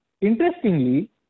Interestingly